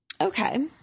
Okay